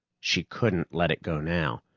she couldn't let it go now.